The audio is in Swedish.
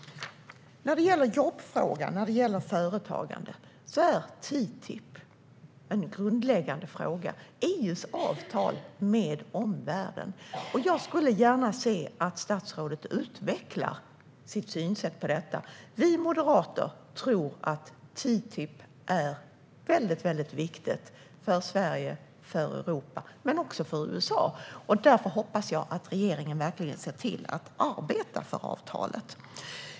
När det gäller jobb och företagande är TTIP, EU:s avtal med omvärlden, en grundläggande fråga. Jag skulle gärna se att statsrådet utvecklar sin syn på detta. Vi moderater tror att TTIP är väldigt, väldigt viktigt för Sverige och för Europa men också för USA, och därför hoppas jag att regeringen verkligen ser till att arbeta för avtalet.